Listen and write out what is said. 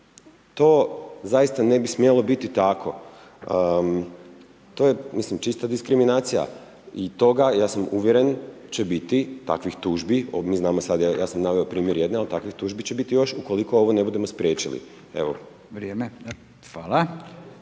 to zaista ne bi smjelo biti tako. To je mislim čista diskriminacija. I toga, ja sam uvjeren će biti, takvih tužbi. Mi znamo sad, evo ja sam naveo primjer jedne ali takvih tužbi će biti još ukoliko ovo ne budemo spriječili. **Radin, Furio